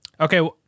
Okay